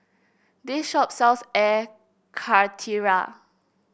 this shop sells Air Karthira